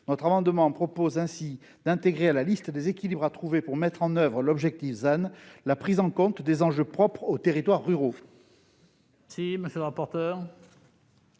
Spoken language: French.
Notre amendement tend ainsi à intégrer, dans la liste des équilibres à trouver pour mettre en oeuvre l'objectif de ZAN, la prise en compte des enjeux propres aux territoires ruraux.